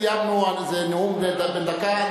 סיימנו, זה נאום בן דקה.